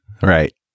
Right